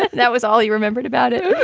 that was all he remembered about it.